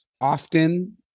often